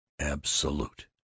Absolute